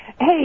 Hey